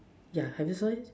ya have you saw it